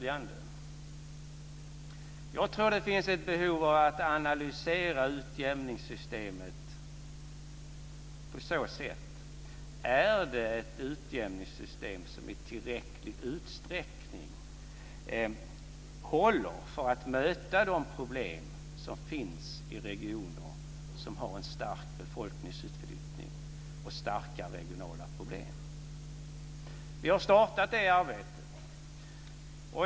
Jag tror att det finns ett behov av att analysera utjämningssystemet på det här sättet: Är det ett utjämningssystem som i tillräcklig utsträckning håller för att möta de problem som finns i regioner som har en stark befolkningsutflyttning och starka regionala problem? Vi har startat det arbetet.